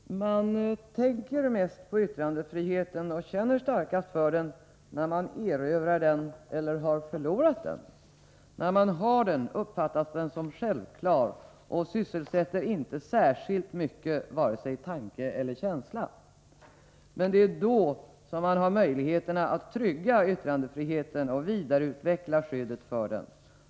Fru talman! Man tänker mest på yttrandefriheten och känner starkast för den när man erövrar eller har förlorat den. När man har den uppfattas den som självklar och sysselsätter inte särskilt mycket vare sig tanke eller känsla. Men det är då man har möjligheterna att trygga yttrandefriheten och vidareutveckla skyddet för den.